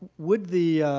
would the